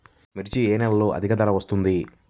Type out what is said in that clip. మిర్చి ఏ నెలలో అధిక ధర వస్తుంది?